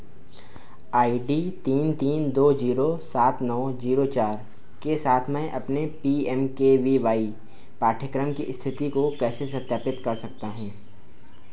आई D तीन तीन दो जीरो सात नौ जीरो चार के साथ मैं अपने P M K V Y पाठ्यक्रम की स्थिति को कैसे सत्यापित कर सकता हूँ